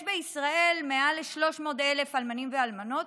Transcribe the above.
יש בישראל מעל 300,000 אלמנים ואלמנות,